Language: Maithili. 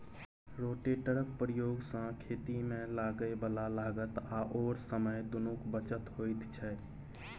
रोटेटरक प्रयोग सँ खेतीमे लागय बला लागत आओर समय दुनूक बचत होइत छै